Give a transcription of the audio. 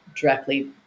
directly